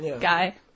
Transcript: guy